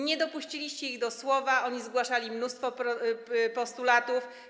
Nie dopuściliście ich do słowa, one zgłaszały mnóstwo postulatów.